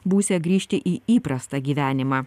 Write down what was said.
būsią grįžti į įprastą gyvenimą